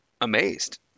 amazed